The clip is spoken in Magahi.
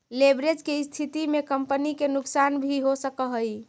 लेवरेज के स्थिति में कंपनी के नुकसान भी हो सकऽ हई